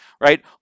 right